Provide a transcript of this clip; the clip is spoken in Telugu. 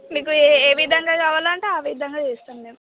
మీకు ఏ ఏ విధంగా కావాలంటే ఆ విధంగా చేస్తాం మేము